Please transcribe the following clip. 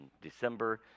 December